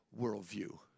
worldview